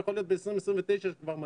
ויכול להיות שב-2029 זה כבר מתאים.